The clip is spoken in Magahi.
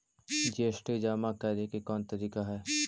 जी.एस.टी जमा करे के कौन तरीका हई